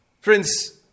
Friends